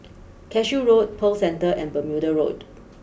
Cashew Road Pearl Centre and Bermuda Road